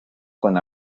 con